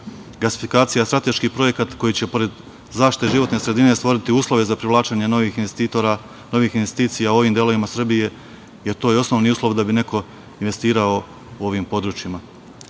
Gasifikacija strateški projekat koji će pored zaštite životne sredine stvoriti uslove za privlačenje novih investitora, novih investicija u ovim delovima Srbije, jer to je osnovni uslov da bi neko investirao u ovim područjima. Zakon